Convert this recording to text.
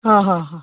ಹಾಂ ಹಾಂ ಹಾಂ